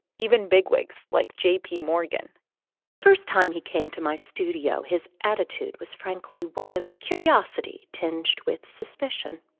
even bigwigs like j p. morgan the first time he came to my studio, his attitude was frankly one of curiosity tinged with suspicion.